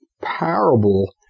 parable